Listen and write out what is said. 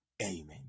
Amen